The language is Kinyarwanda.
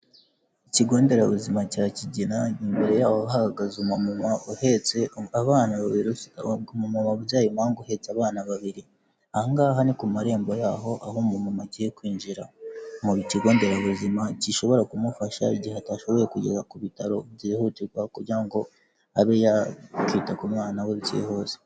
Ikigo nderabuzima cya kigina imbere yaho hahagaze umumama uhetse abana yabyaye, uhetse abana babiri ahangaha ni ku marembo yaho aho umuntu agiye kwinjira mu kigo nderabuzima, gishobora kumufasha igihe atashoboye kugera ku bitaro byihutirwa kugira ngo abe yakita ku mwana we byihuse.